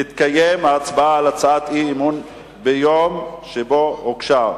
תתקיים ההצבעה על הצעת האי-אמון ביום שבו הוגשה,